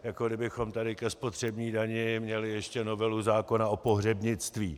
Jako kdybychom tady ke spotřební dani měli ještě novelu zákona o pohřebnictví.